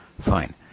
fine